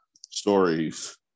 stories